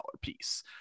piece